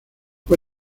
fue